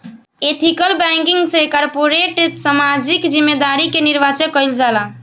ethical banking से corporate सामाजिक जिम्मेदारी के निर्वाचन कईल जाला